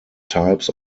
types